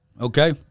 Okay